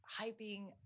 hyping